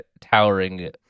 towering